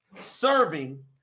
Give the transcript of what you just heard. serving